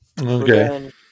Okay